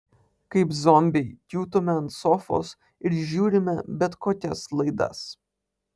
kaip zombiai kiūtome ant sofos ir žiūrime bet kokias laidas